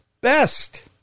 best